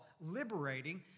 liberating